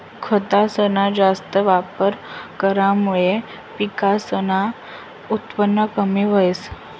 खतसना जास्त वापर करामुये पिकसनं उत्पन कमी व्हस